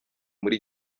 muri